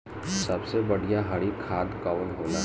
सबसे बढ़िया हरी खाद कवन होले?